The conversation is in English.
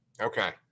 okay